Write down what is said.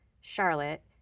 Charlotte